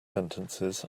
sentences